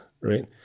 right